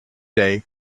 day